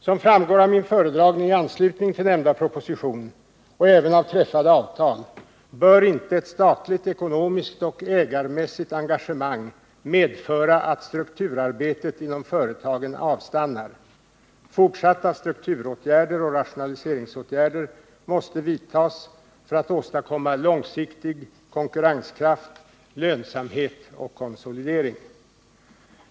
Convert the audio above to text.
Som framgår av min föredragning i anslutning till nämnda proposition och även av träffade avtal bör inte ett statligt ekonomiskt och ägarmässigt engagemang medföra att strukturarbetet inom företagen avstannar. Fortsatta strukturåtgärder och rationaliseringsåtgärder måste vidtagas för att man skall åstadkomma långsiktig konkurrenskraft, lönsamhet och konsolidering.